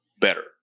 better